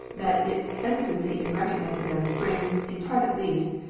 that its hesitancy in recognizing them springs, in part at least,